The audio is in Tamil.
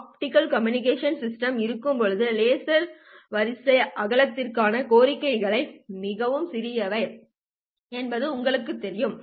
ஆப்டிகல் கம்யூனிகேஷன் சிஸ்டம் இருக்கும்போது லேசர் வரிசை அகலத்திற்கான கோரிக்கைகள் மிகவும் சிறியவை என்பது உங்களுக்குத் தெரியும்